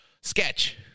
sketch